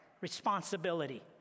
responsibility